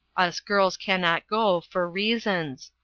us girls cannot go, for reasons.